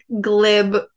glib